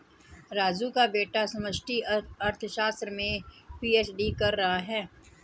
राजू का बेटा समष्टि अर्थशास्त्र में पी.एच.डी कर रहा है